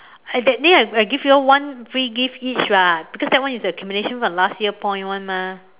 that day they I I gave you all one free gift each [what] because that one is accumulation for last year's points mah